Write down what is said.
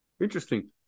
interesting